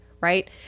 Right